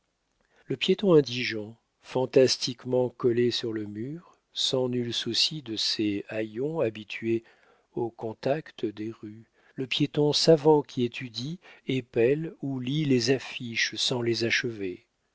le piéton indigent fantastiquement collé sur le mur sans nul souci de ses haillons habitués au contact des rues le piéton savant qui étudie épèle ou lit les affiches sans les achever